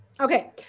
Okay